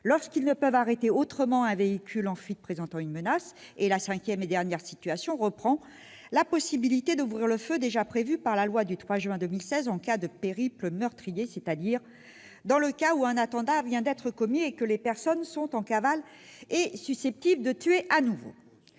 lorsqu'ils ne peuvent arrêter autrement un véhicule en fuite présentant une menace ; la cinquième et dernière situation reprend la possibilité d'ouvrir le feu déjà prévue par la loi du 3 juin 2016 en cas de « périple meurtrier », c'est-à-dire dans le cas où un attentat vient d'être commis et que les personnes sont en cavale et susceptibles de tuer de nouveau.